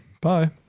Bye